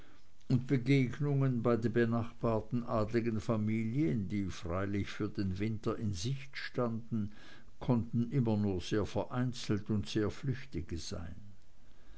und begegnungen bei den benachbarten adligen familien die freilich für den winter in sicht standen konnten immer nur sehr vereinzelt und sehr flüchtige sein